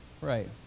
right